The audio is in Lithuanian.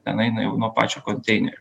ten eina jau nuo pačio konteinerio